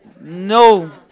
No